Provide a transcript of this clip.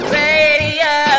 radio